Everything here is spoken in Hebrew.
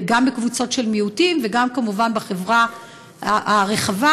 בקבוצות של מיעוטים וגם בחברה הרחבה,